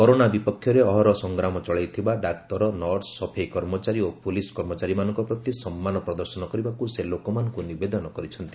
corona ବିପକ୍ଷରେ ଅହରହ ସଂଗ୍ରାମ ଚଳେଇଥିବା ଡାକ୍ତର ନର୍ସ ସଫେଇ କର୍ମଚାରୀ ଓ ପୁଲିସ୍ କର୍ମଚାରୀମାନଙ୍କ ପ୍ରତି ସମ୍ମାନ ପ୍ରଦର୍ଶନ କରିବାକୁ ସେ ଲୋକମାନଙ୍କୁ ନିବେଦନ କରିଛନ୍ତି